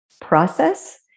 process